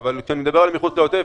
אבל כשאני מדבר על מחוץ לעוטף,